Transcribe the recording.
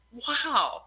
wow